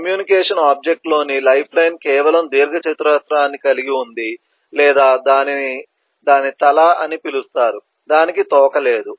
communication object లోని lifeline కేవలం దీర్ఘచతురస్రాన్ని కలిగి ఉంది లేదా దానిని దాని తల అని పిలుస్తారు దానికి తోక లేదు